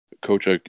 coach